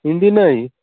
हिन्दी नहि